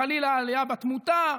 וחלילה העלייה בתמותה.